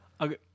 Okay